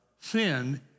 sin